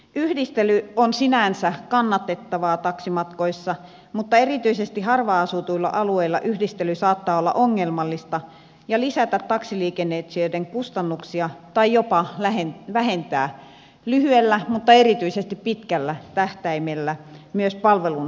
yhdistely on sinänsä kannatettavaa taksimatkoissa mutta erityisesti harvaan asutuilla alueilla yhdistely saattaa olla ongelmallista ja lisätä taksiliikennöitsijöiden kustannuksia tai jopa vähentää lyhyellä mutta erityisesti pitkällä tähtäimellä myös palvelun tarjoajia